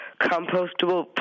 compostable